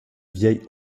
vielle